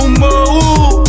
more